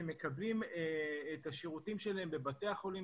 שמקבלים את השירותים שלהם בבתי החולים